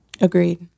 Agreed